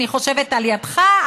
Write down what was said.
אני חושבת שעל ידך,